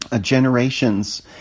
generations